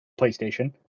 PlayStation